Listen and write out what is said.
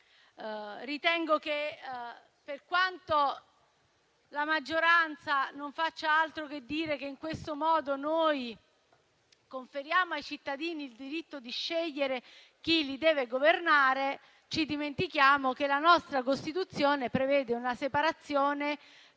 Ritengo che, per quanto la maggioranza non faccia altro che dire che in questo modo noi conferiamo ai cittadini il diritto di scegliere chi li deve governare, dimentichiamo che la nostra Costituzione prevede una separazione